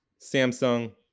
Samsung